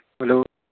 hello